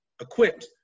equipped